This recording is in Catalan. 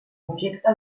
objecte